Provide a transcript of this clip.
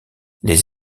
les